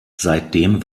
seitdem